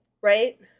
Right